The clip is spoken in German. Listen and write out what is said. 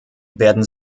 werden